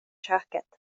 köket